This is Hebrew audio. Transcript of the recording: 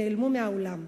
נעלמו מן העולם.